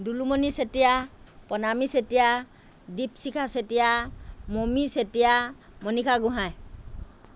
Dulumoni Chetia Pranami Chetia Dipshikha Chetia Momi Chetia Manisha Gohain